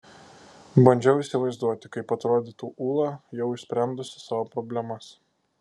bandžiau įsivaizduoti kaip atrodytų ūla jau išsprendusi savo problemas